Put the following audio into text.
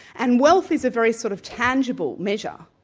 and wealth is a very sort of tangible measure,